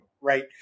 right